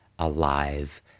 alive